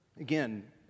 Again